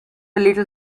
little